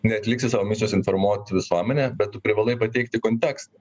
neatliksi savo misijos informuot visuomenę bet tu privalai pateikti kontekstą